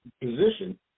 position